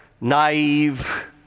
naive